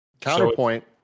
Counterpoint